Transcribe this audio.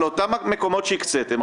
על אותם מקומות שהקציתם,